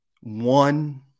one –